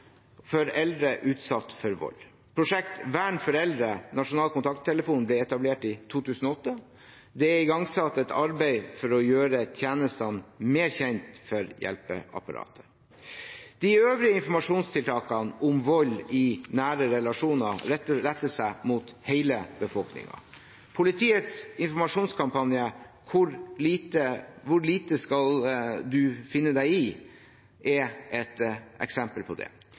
for eldre utsatt for vold. Prosjektet «Vern for eldre – Nasjonal kontakttelefon» ble etablert i 2008. Det er igangsatt et arbeid for å gjøre tjenestene mer kjent for hjelpeapparatet. De øvrige informasjonstiltakene om vold i nære relasjoner retter seg mot hele befolkningen. Politiets informasjonskampanje «Hvor lite skal du finne deg i?» er et eksempel på det.